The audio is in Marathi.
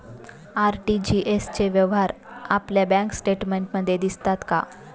आर.टी.जी.एस चे व्यवहार आपल्या बँक स्टेटमेंटमध्ये दिसतात का?